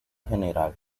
general